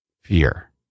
fear